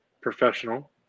professional